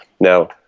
now